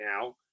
now